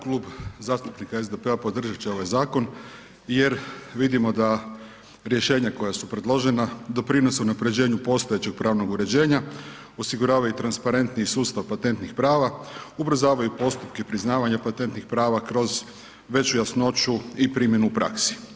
Klub zastupnika SDP-a podržat će ovaj zakon jer vidimo da rješenja koja su predložena doprinose unapređenju postojećeg pravnog uređenja, osiguravaju transparentniji sustav patentnih prava, ubrzavaju postupke i priznavanje patentnih prava kroz veću jasnoću i primjenu u praksi.